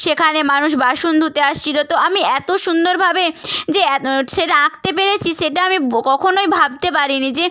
সেখানে মানুষ বাসুন ধুতে আসছিল তো আমি এত সুন্দরভাবে যে সেটা আঁকতে পেরেছি সেটা আমি কখনোই ভাবতে পারিনি যে